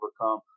overcome